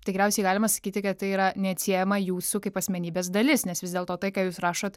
tikriausiai galima sakyti kad tai yra neatsiejama jūsų kaip asmenybės dalis nes vis dėlto tai ką jūs rašot